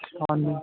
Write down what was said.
ਹਾਂਜੀ